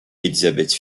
élisabeth